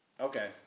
Okay